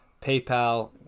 PayPal